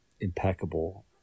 impeccable